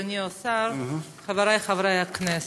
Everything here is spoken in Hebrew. אדוני השר, חברי חברי הכנסת,